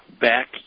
back